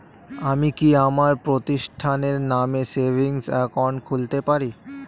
আমি কি আমার প্রতিষ্ঠানের নামে সেভিংস একাউন্ট খুলতে পারি?